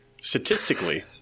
Statistically